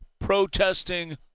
protesting